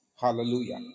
hallelujah